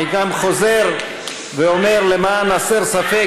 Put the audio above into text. אני גם חוזר ואומר למען הסר ספק,